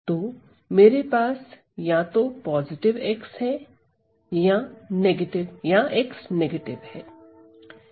तो मेरे पास या तो x पोजिटिव है या x निगेटिव है